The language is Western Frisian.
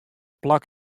plak